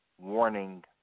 warning